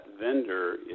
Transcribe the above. vendor